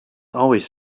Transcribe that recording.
always